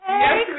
Hey